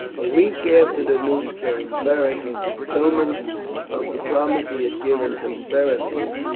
a week after the news came, beric, in fulfilment of the promise he had given to berenice,